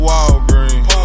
Walgreens